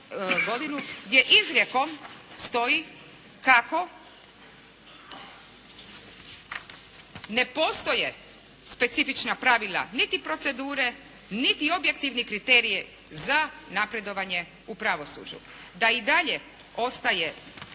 gdje izrijekom stoji kako ne postoje specifična pravila niti procedure niti objektivni kriteriji za napredovanje u pravosuđu. Da i dalje ostaje